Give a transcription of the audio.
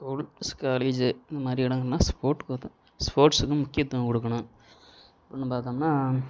school காலேஜி இந்தமாதிரி இடங்கனா ஸ்போஸ்ட்க்கு வந்து ஸ்போர்ட்ஸுக்கு முக்கியதுவம் கொடுக்கணும் அப்படின்னு பார்த்தோம்னா